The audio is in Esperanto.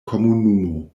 komunumo